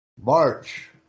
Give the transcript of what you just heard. March